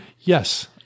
Yes